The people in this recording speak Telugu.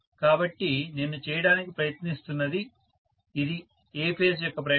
కాబట్టి నేను చేయడానికి ప్రయత్నిస్తున్నది ఇది A ఫేజ్ యొక్క ప్రైమరీ